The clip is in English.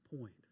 point